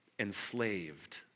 Enslaved